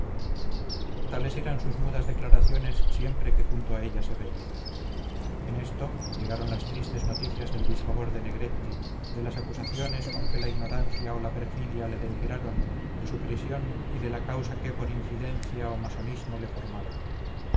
tales eran sus mudas declaraciones siempre que junto a ella se veía en esto llegaron las tristes noticias del disfavor de negretti de las acusaciones con que la ignorancia o la perfidia le denigraron de su prisión y de la causa que por infidencia o masonismo le formaban